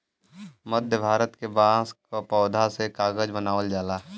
मध्य भारत के बांस क पौधा से कागज बनावल जाला